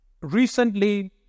Recently